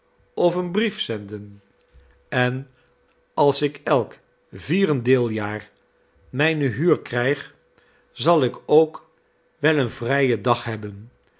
of een brief zenden en als ik elk vierendeeljaar mijne huur krijg zal ik ook wel een vrijen dag hebben